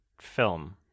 film